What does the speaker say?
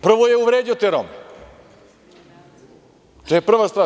Prvo je uvredio te Rome, to je prva stvar.